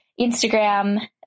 Instagram